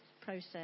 process